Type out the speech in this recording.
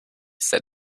said